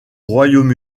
royaume